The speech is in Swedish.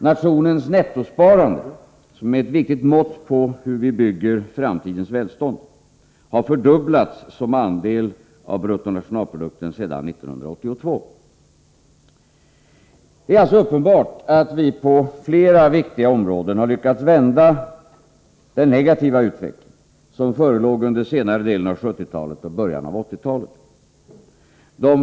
Nationens nettosparande, som är ett viktigt mått på hur vi bygger framtidens välstånd, har fördubblats såsom andel av bruttonationalprodukten sedan 1982. Uppenbarligen har vi på flera viktiga områden lyckats vända den negativa utveckling som förelåg under senare delen av 1970-talet och början av 1980-talet.